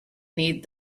need